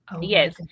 yes